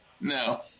no